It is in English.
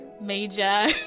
major